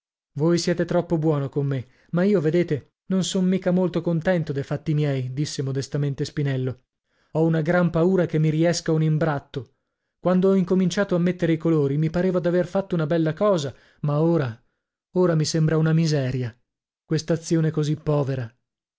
voi siete troppo buono con me ma io vedete non son mica molto contento de fatti miei disse modestamente spinello ho una gran paura che mi riesca un imbratto quando ho incominciato a mettere i colori mi pareva d'aver fatto una bella cosa ma ora ora mi sembra una miseria quest'azione così povera